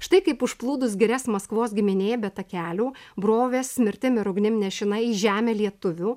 štai kaip užplūdus girias maskvos giminėje be takelių brovės mirtim ir ugnim nešina į žemę lietuvių